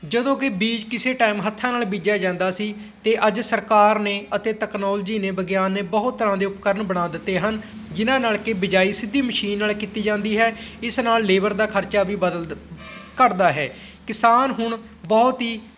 ਜਦੋਂ ਕਿ ਬੀਜ਼ ਕਿਸੇ ਟਾਈਮ ਹੱਥਾਂ ਨਾਲ ਬੀਜ਼ਿਆ ਜਾਂਦਾ ਸੀ ਅਤੇ ਅੱਜ ਸਰਕਾਰ ਨੇ ਅਤੇ ਤਕਨੋਲੋਜੀ ਨੇ ਵਿਗਿਆਨ ਨੇ ਬਹੁਤ ਤਰ੍ਹਾਂ ਦੇ ਉਪਕਰਨ ਬਣਾ ਦਿੱਤੇ ਹਨ ਜਿਨ੍ਹਾਂ ਨਾਲ ਕਿ ਬਿਜਾਈ ਸਿੱਧੀ ਮਸ਼ੀਨ ਨਾਲ ਕੀਤੀ ਜਾਂਦੀ ਹੈ ਇਸ ਨਾਲ ਲੇਬਰ ਦਾ ਖ਼ਰਚਾ ਵੀ ਬਦਲ ਦ ਘੱਟਦਾ ਹੈ ਕਿਸਾਨ ਹੁਣ ਬਹੁਤ ਹੀ